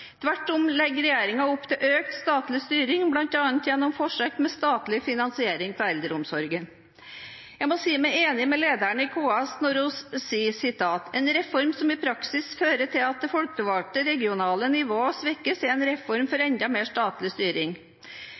Tvert om legger regjeringen opp til økt statlig styring, gjennom bl.a. forsøk med statlig finansiering av eldreomsorgen. Jeg må si meg enig med lederen i KS når hun sier at «en reform som i praksis fører til at det folkevalgte regionale nivå svekkes, er en reform for enda mer statlig styring».